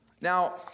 Now